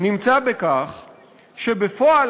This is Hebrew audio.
נמצא בכך שבפועל,